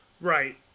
Right